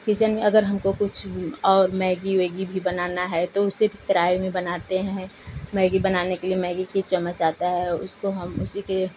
kitchen में अगर हमको कुछ और मैगी वैगी भी बनाना है तो उसे भी कढ़ाई में बनाते हैं मैगी बनाने के लिए मैगी की चम्मच आता है उसको हम उसी के